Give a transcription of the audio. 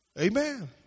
Amen